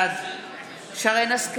בעד שרן מרים השכל,